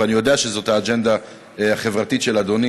ואני יודע שזאת האג'נדה החברתית של אדוני